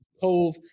Cove